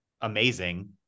amazing